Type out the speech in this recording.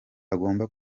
agomba